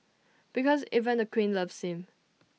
because even the queen loves him